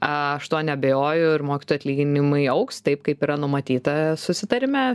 aš tuo neabejoju ir mokytojų atlyginimai augs taip kaip yra numatyta susitarime